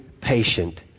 patient